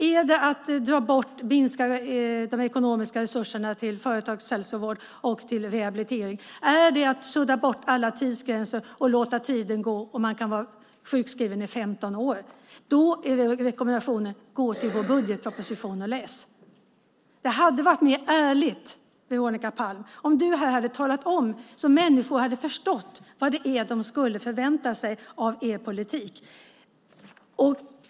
Är det att minska de ekonomiska resurserna till företagshälsovård och rehabilitering? Är det att sudda bort alla tidsgränser och låta tiden gå så att man kan vara sjukskriven i 15 år? Rekommendationen är: Gå till vår budgetmotion och läs. Det hade varit mer ärligt, Veronica Palm, om du här hade talat om det så att människor hade förstått vad det är som de ska förvänta sig av er politik.